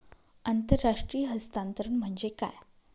आंतरराष्ट्रीय हस्तांतरण म्हणजे काय?